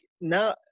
now